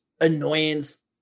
annoyance